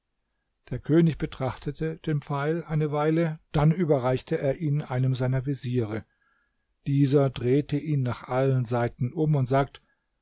der könig betrachtete den pfeil eine weile dann überreichte er ihn einem seiner veziere dieser drehte ihn nach allen seiten um und sagte